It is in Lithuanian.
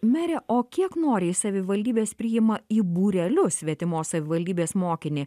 mere o kiek noriai savivaldybės priima į būrelius svetimos savivaldybės mokinį